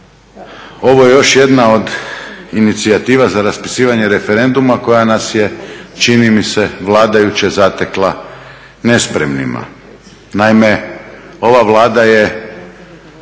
ovo je još jedna od inicijativa za raspisivanje referenduma koja nas je čini mi se vladajuće zatekla nespremnima.